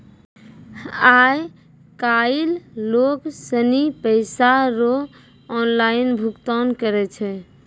आय काइल लोग सनी पैसा रो ऑनलाइन भुगतान करै छै